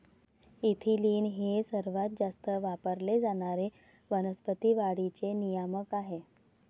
ethylene हे सर्वात जास्त वापरले जाणारे वनस्पती वाढीचे नियामक आहे